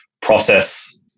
process